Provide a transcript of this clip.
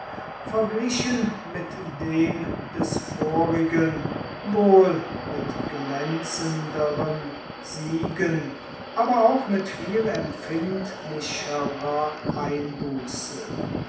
verglichen mit dem des vorigen wohl mit glänzenderen siegen aber auch mit viel empfindlicherer einbuße